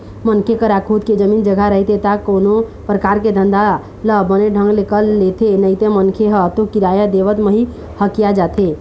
मनखे करा खुद के जमीन जघा रहिथे ता कोनो परकार के धंधा ल बने ढंग ले कर लेथे नइते मनखे ह तो किराया देवत म ही हकिया जाथे